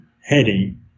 heading